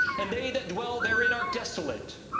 and they that dwell therein are desolate